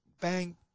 bang